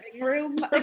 room